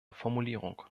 formulierung